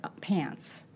pants